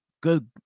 good